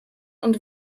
und